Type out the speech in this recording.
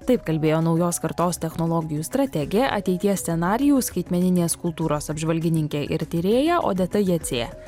taip kalbėjo naujos kartos technologijų strategė ateities scenarijų skaitmeninės kultūros apžvalgininkė ir tyrėja odeta jacė